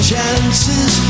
Chances